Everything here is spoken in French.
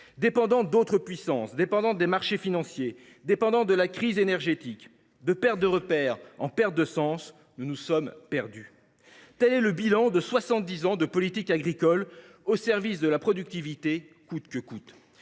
dépendante d’autres puissances, des marchés financiers, de la crise énergétique. De perte de repères en perte de sens, nous nous sommes perdus. Tel est le bilan de soixante dix ans de politique agricole au service de la productivité coûte que coûte,